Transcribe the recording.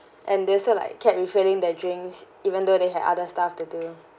and they also like kept refilling their drinks even though they had other stuff to do